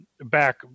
Back